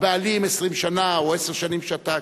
הבעלים 20 שנה או עשר שנים שתק,